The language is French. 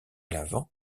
l’avant